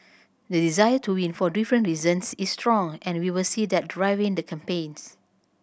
the desire to win for different reasons is strong and we will see that driving the campaigns